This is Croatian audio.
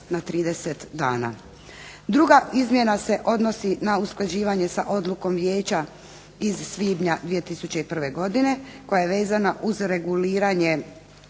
na 30 dana. Druga izmjena se odnosi na usklađivanje sa odlukom Vijeća iz svibnja 2001. godine koja je vezana uz reguliranje